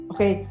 Okay